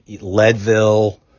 Leadville